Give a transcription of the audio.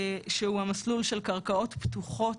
שהוא המסלול של קרקעות פתוחות,